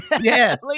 Yes